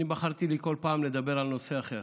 בחרתי לי כל פעם לדבר על נושא אחר.